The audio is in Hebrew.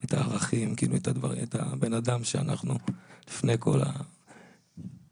את הערכים ואת האנשים שאנחנו לפני כל הפוליטיקות.